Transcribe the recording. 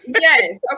Yes